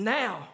now